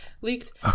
leaked